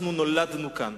אנחנו נולדנו כאן.